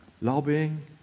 lobbying